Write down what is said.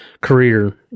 career